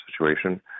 situation